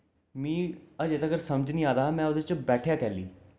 मी अजें तगर समझ निं आ दा हा में उ'दे च बैठेआ कैह्ली